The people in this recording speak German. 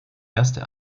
erste